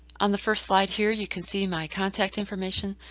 on the first slide here you can see my contact information.